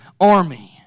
army